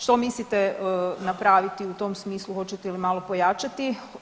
Što mislite napraviti u tom smislu, hoćete li malo pojačati?